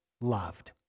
loved